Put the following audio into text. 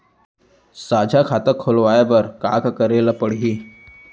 साझा खाता खोलवाये बर का का करे ल पढ़थे?